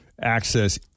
access